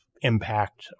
impact